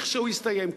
לכשהוא יסתיים,